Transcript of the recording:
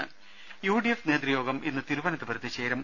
ദേദ U D F നേതൃയോഗം ഇന്ന് തിരുവനന്തപുരത്ത് ചേരും